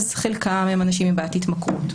חלקם הם אנשים עם בעיית התמכרות,